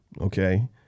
okay